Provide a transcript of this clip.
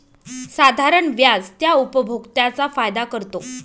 साधारण व्याज त्या उपभोक्त्यांचा फायदा करतो